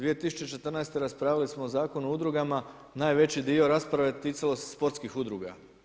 2014. raspravljali smo o Zakonu o udrugama, najveći dio rasprave ticalo se sportskih udruga.